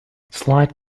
slide